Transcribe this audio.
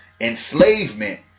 enslavement